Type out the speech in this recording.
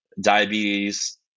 diabetes